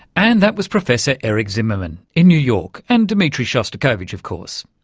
and that was professor eric zimmerman in new york. and dmitri shostakovich, of course.